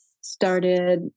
started